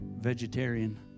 vegetarian